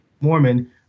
Mormon